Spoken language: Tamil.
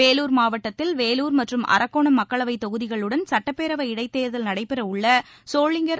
வேலூர் மாவட்டத்தில் வேலூர் மற்றும் அரக்கோனாம் மக்களவைத் தொகுதிகளுடன் சட்டப்பேரவை இடைத்தேர்தல் நடைபெறவுள்ள சோளிங்கர்